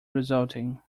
resulting